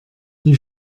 wie